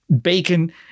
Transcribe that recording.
bacon